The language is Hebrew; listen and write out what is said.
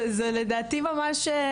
זה לדעתי ממש .